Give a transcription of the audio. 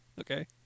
Okay